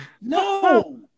No